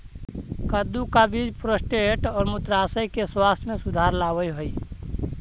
कद्दू का बीज प्रोस्टेट और मूत्राशय के स्वास्थ्य में सुधार लाव हई